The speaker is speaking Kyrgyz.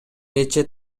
нече